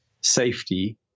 safety